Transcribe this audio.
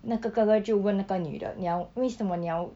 那个哥哥就问那个女的你要为什么你要